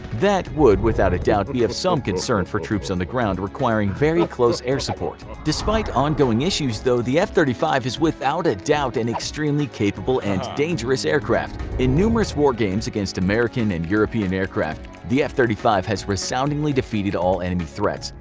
that would without a doubt be of some concern for troops on the ground requiring very close air support. despite ongoing issues though, the f thirty five is without a doubt an extremely capable, and dangerous aircraft. in numerous war games against american and european aircraft, the f thirty five has resoundingly defeated all enemy threats,